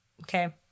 Okay